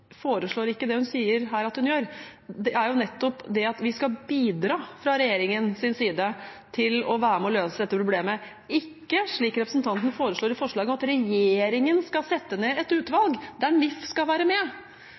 foreslår ikke det hun sier her at hun gjør. Det er jo nettopp det at vi skal bidra fra regjeringens side til å være med og løse dette problemet, ikke slik representanten foreslår i forslaget, at regjeringen skal sette ned et utvalg der NIF skal være med.